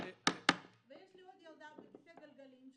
יש לי עוד ילדה בכיסא גלגלים,